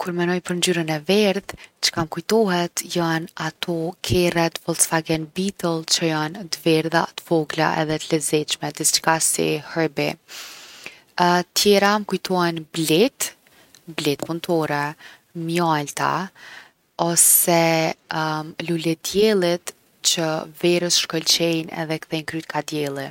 Kur menoj për ngjyrën e verdhë, çka m’kujtohet jon ato kerret Volks7agen Beetle që jon t’verdha, t’vogla edhe t’lezetshme, diçka si Herbie. tjera m’kujtohet bletë, bletë puntore, mjalta, ose lulediellet që verës shkëlqejnë edhe kthejnë kryt ka dielli.